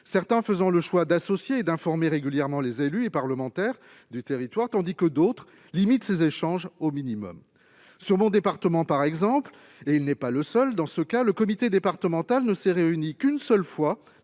Certains font le choix d'associer et d'informer régulièrement les élus et les parlementaires du territoire, tandis que d'autres limitent ces échanges au minimum. Ainsi, dans mon département, et ce n'est pas un cas isolé, le comité départemental ne s'est réuni qu'une seule fois,